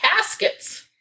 caskets